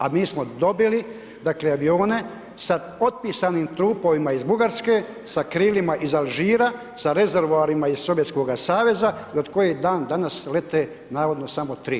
A mi smo dobili, dakle, avione sa potpisanim trupovima iz Bugarske, sa krilima iz Alžira, sa rezervoarima iz Sovjetskoga Saveza i od koji dan danas lete navodno samo 3.